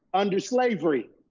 under slavery,